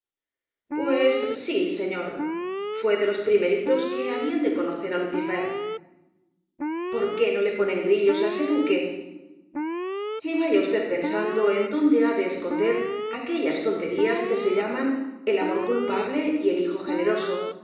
pues sí señor fué de los primeritos que habrían de conocer á lucifer por qué no le ponen grillos á ese duque y vaya usted pensando en dónde ha de esconder aquellas tonterías que se llaman el amor culpable y el hijo generoso y